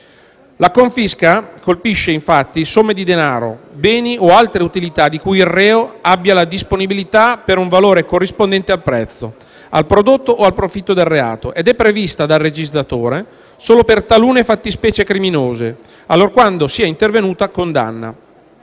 La confisca colpisce, infatti, somme di denaro, beni o altre utilità di cui il reo abbia la disponibilità per un valore corrispondente al prezzo, al prodotto o al profitto del reato ed è prevista dal legislatore solo per talune fattispecie criminose, allorquando sia intervenuta condanna